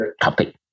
topic